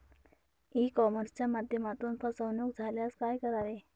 E कॉमर्सच्या माध्यमातून फसवणूक झाल्यास काय करावे?